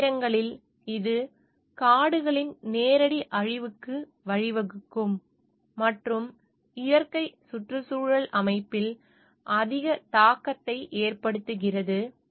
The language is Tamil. சில நேரங்களில் இது காடுகளின் நேரடி அழிவுக்கு வழிவகுக்கும் மற்றும் இயற்கை சுற்றுச்சூழல் அமைப்பில் அதிக தாக்கத்தை ஏற்படுத்துகிறது